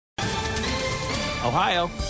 Ohio